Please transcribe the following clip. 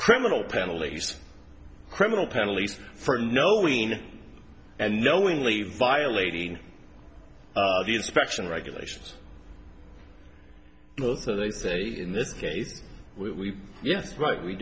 criminal penalties criminal penalties for knowing and knowingly violating the inspection regulations both so they say in this case we yes right we